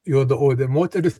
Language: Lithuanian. juodaode moteris